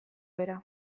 bera